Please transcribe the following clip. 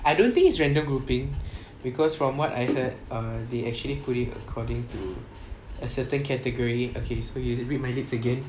I don't think it's random grouping because from what I heard err they actually put it according to a certain category okay so you read my lips again